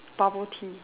bubble tea